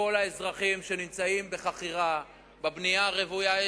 לכל האזרחים שנמצאים בחכירה בבנייה הרוויה,